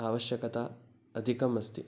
आवश्यकता अधिकम् अस्ति